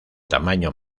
tamaño